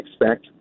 expect